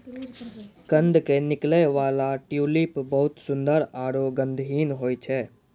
कंद के निकलै वाला ट्यूलिप बहुत सुंदर आरो गंधहीन होय छै